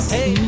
Hey